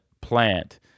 plant